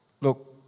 Look